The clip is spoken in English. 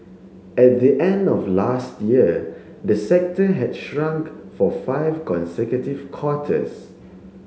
at the end of last year the sector had shrunk for five consecutive quarters